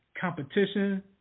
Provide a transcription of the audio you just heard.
competition